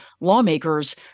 lawmakers